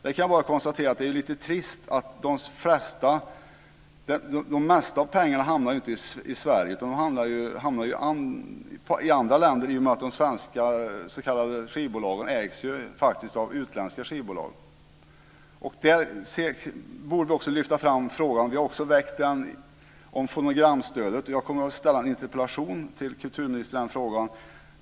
Jag kan bara konstatera att det är litet trist att det mesta av pengarna inte hamnar i Sverige utan i andra länder i och med att de s.k. svenska skivbolagen faktiskt ägs av utländska skivbolag. Då borde också en annan fråga lyftas fram, vilken vi också har väckt, nämligen frågan om fonogramstödet. Jag kommer att ställa en interpellation till kulturministern i den frågan.